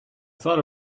thought